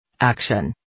Action